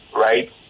right